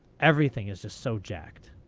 everything is just so jacked.